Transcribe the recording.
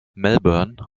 melbourne